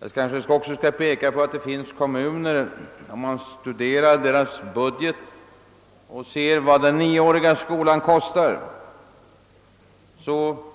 Jag kanske också bör peka på att det finns kommuner -— om man studerar vad den nioåriga skolan kostar — där skolan